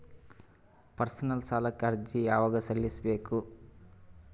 Personal ಸಾಲಕ್ಕೆ ಅರ್ಜಿ ಯವಾಗ ಸಲ್ಲಿಸಬೇಕು?